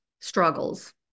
struggles